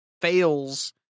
fails